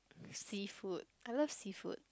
seafood I love seafood